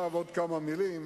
לכן,